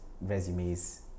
resumes